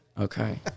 Okay